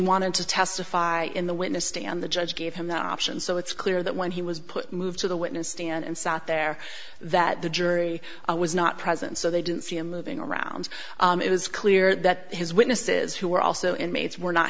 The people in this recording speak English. wanted to testify in the witness stand the judge gave him that option so it's clear that when he was put moved to the witness stand and sat there that the jury was not present so they didn't see him moving around it was clear that his witnesses who were also inmates were not